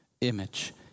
image